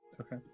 Okay